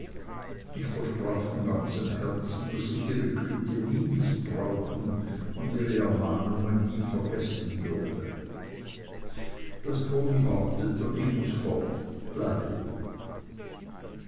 ich versprach von ganzem herzen daß ich ihre güte nie mißbrauchen und ihre ermahnungen nie vergessen würde das pony wartet und ich muß fort bleib